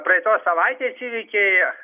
praeitos savaitės įvykiai